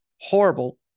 horrible